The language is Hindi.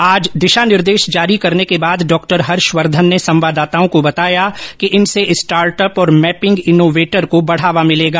आज दिशा निर्देश जारी करने के बाद डॉक्टर हर्षवर्धन ने संवाददाताओं को बताया कि इनसे स्टार्ट अप और मैपिंग इनोवेटर को बढ़ावा मिलेगा